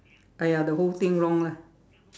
ah ya the whole thing wrong lah